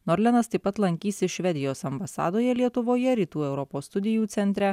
norlenas taip pat lankysis švedijos ambasadoje lietuvoje rytų europos studijų centre